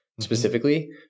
specifically